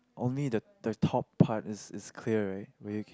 only the the top part is is clear right where you can